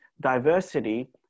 diversity